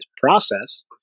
process